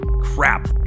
crap